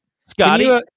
Scotty